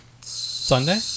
Sunday